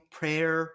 prayer